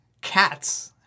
Cats